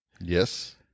Yes